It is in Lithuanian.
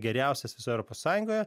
geriausias visoje europos sąjungoje